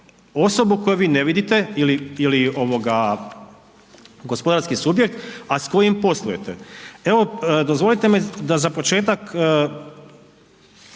osobu koju vi ne vidite ili gospodarski subjekt, a s kojim poslujete. Evo, dozvolite mi da za početak